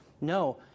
no